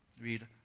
Read